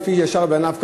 כפי הישר בעיניו,